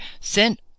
sent